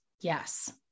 Yes